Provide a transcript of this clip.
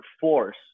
force